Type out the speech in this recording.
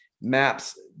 Maps